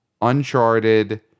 Uncharted